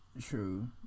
True